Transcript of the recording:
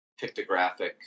pictographic